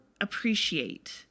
appreciate